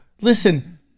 Listen